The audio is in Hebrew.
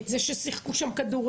את זה ששיחקו שם כדורגל,